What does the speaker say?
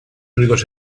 únicos